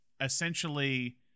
essentially